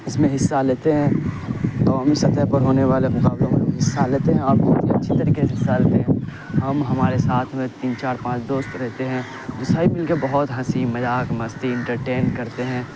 اس میں حصہ لیتے ہیں قومی سطح پر ہونے والے مقابلوں میں بھی حصہ لیتے ہیں اور بہت ہی اچھے طریقے سے حصہ لیتے ہیں ہم ہمارے ساتھ میں تین چار پانچ دوست رہتے ہیں جو سبھی مل کے بہت ہنسی مذاق مستی انٹرٹین کرتے ہیں